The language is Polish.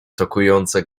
tokujące